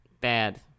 Bad